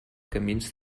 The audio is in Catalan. camins